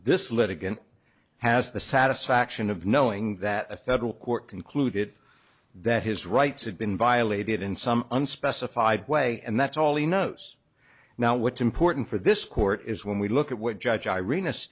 this litigant has the satisfaction of knowing that a federal court concluded that his rights had been violated in some unspecified way and that's all he knows now what's important for this court is when we look at what judge irene us